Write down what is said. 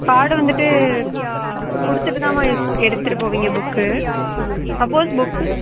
card வந்துட்டு கொடுத்துட்டு தானம்மா எடு எடுத்துகிட்டு போவீங்க புக்கு சப்போஸ் புக்கு